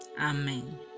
amen